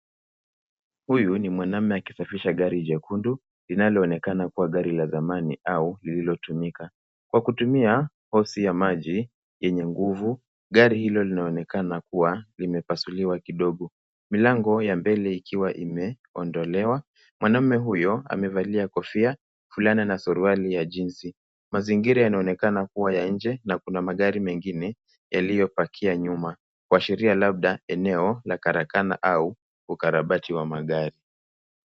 Huyu ni mwanamme akisafisha gari jekundu inaloonekana kuwa gari la zamani au lililotumika kwa kutumia hose ya maji yenye nguvu. Gari hilo linaonekana limepasuliwa kidogo milango ya mbele ikiwa imeondolewa. Mwanamme huyo amevalia kofia, fulana na suruali ya jinsi. Mazingira yanaonekana kuwa ya nje na kuna magari mengine yaliyopakia nyuma kuashiria labda eneo la karakana au ukarabati wa magari.